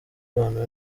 abantu